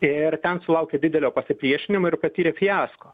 ir ten sulaukė didelio pasipriešinimo ir patyrė fiasko